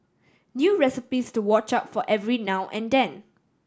new recipes to watch out for every now and then